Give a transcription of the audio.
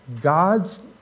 God's